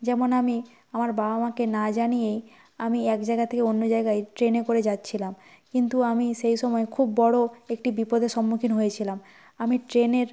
যেমন আমি আমার বাবা মাকে না জানিয়েই আমি এক জায়গা থেকে অন্য জায়গায় ট্রেনে করে যাচ্ছিলাম কিন্তু আমি সেই সময় খুব বড় একটি বিপদের সম্মুখীন হয়েছিলাম আমি ট্রেনের